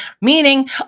meaning